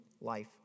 life